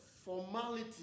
formality